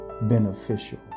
Beneficial